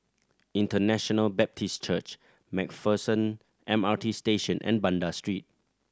International Baptist Church Macpherson M R T Station and Banda Street